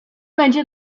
będzie